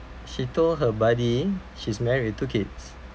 she told her buddy she's married with two kids